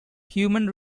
human